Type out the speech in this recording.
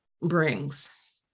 brings